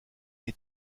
est